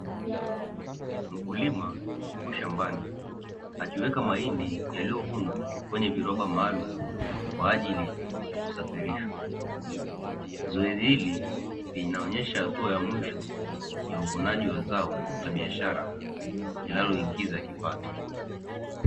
Mkulima yupo shambani akiweka mahindi yaliyovunwa kwenye viroba maalumu kwa ajli ya kusafirishwa, zoezi hili linaonyesha hatua ya mwisho ya uvunaji wa zao la biashara linaloingiza kipato.